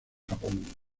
japón